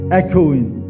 echoing